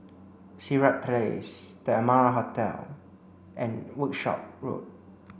Sirat Place The Amara Hotel and Workshop Road